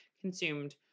consumed